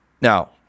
Now